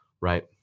right